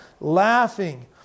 laughing